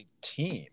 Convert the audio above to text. team